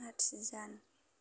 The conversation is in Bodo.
नाफिजान